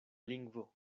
lingvo